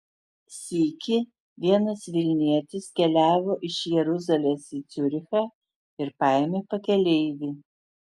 sykį vienas vilnietis keliavo iš jeruzalės į ciurichą ir paėmė pakeleivį